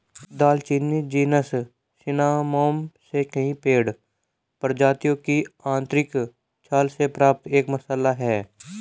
दालचीनी genus Cinnamomum से कई पेड़ प्रजातियों की आंतरिक छाल से प्राप्त एक मसाला है